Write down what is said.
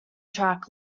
track